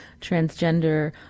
transgender